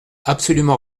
absolument